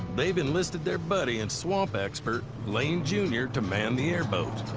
they've enlisted their buddy and swamp expert lane junior to man the airboat.